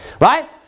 Right